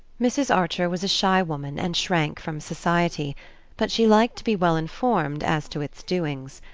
mrs. archer was a shy woman and shrank from society but she liked to be well-informed as to its doings.